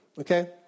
Okay